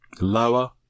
Lower